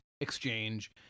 exchange